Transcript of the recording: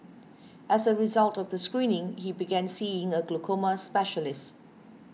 as a result of the screening he began seeing a glaucoma specialist